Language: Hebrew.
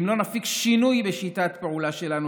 ואם לא נפיק שינוי בשיטת הפעולה שלנו,